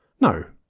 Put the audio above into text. no,